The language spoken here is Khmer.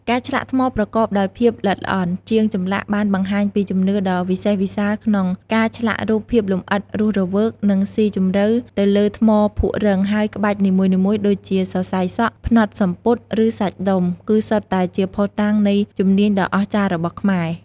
ការឆ្លាក់ថ្មប្រកបដោយភាពល្អិតល្អន់ ជាងចម្លាក់បានបង្ហាញពីជំនាញដ៏វិសេសវិសាលក្នុងការឆ្លាក់រូបភាពលម្អិត រស់រវើក និងស៊ីជម្រៅទៅលើថ្មភក់រឹង ហើយក្បាច់នីមួយៗ ដូចជាសរសៃសក់ ផ្នត់សំពត់ ឬសាច់ដុំ គឺសុទ្ធតែជាភស្តុតាងនៃជំនាញដ៏អស្ចារ្យរបស់ខ្មែរ។